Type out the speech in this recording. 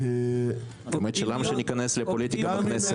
באמת, למה שניכנס לפוליטיקה בכנסת?